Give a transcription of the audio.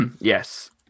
yes